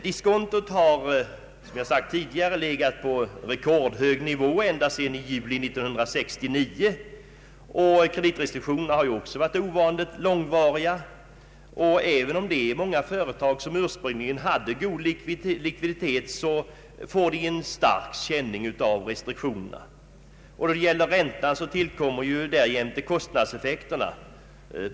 Diskontot har, som jag sagt tidigare, legat på rekordhög nivå ända sedan juli 1969, och kreditrestriktionerna har också varit ovanligt långvariga. Även många företag som ursprungligen hade en god likviditet har fått en stark känning av restriktionerna. När det gäller räntan, tillkommer därjämte kostnadsutvecklingen.